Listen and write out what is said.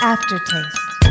Aftertaste